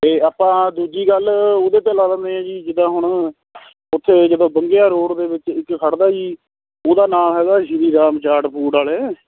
ਅਤੇ ਆਪਾਂ ਦੂਜੀ ਗੱਲ ਉਹਦੇ 'ਚ ਲਾ ਲੈਂਦੇ ਹਾਂ ਜੀ ਜਿੱਦਾਂ ਹੁਣ ਉੱਥੇ ਜਦੋਂ ਬੰਗਿਆਂ ਰੋਡ ਦੇ ਵਿੱਚ ਇੱਕ ਖੜ੍ਹਦਾ ਜੀ ਉਹਦਾ ਨਾਂ ਹੈਗਾ ਸ਼੍ਰੀ ਰਾਮ ਚਾਟ ਫੂਡ ਵਾਲੇ